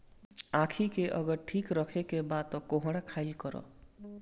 आंखी के अगर ठीक राखे के बा तअ कोहड़ा खाइल करअ